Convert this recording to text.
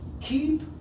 keep